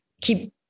keep